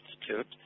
institute